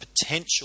potential